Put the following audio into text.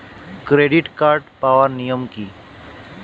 Credit card পাওয়ার নিয়ম কী?